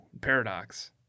paradox